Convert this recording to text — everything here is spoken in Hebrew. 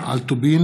נמנעים.